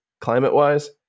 climate-wise